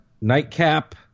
nightcap